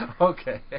Okay